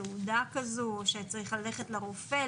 תעודה כזו שצריך ללכת לרופא,